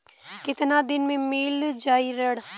कितना दिन में मील जाई ऋण?